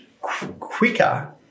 quicker